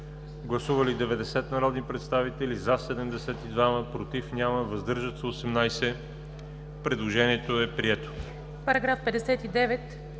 Гласували 85 народни представители: за 83, против няма, въздържали се 2. Предложението е прието.